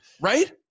right